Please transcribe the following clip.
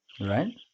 right